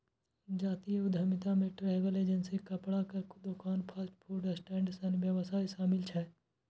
जातीय उद्यमिता मे ट्रैवल एजेंसी, कपड़ाक दोकान, फास्ट फूड स्टैंड सन व्यवसाय शामिल छै